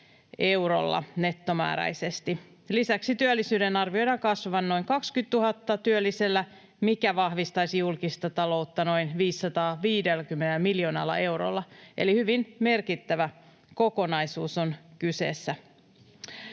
eurolla nettomääräisesti. Lisäksi työllisyyden arvioidaan kasvavan noin 20 000 työllisellä, mikä vahvistaisi julkista taloutta noin 550 miljoonalla eurolla, eli hyvin merkittävä kokonaisuus on kyseessä.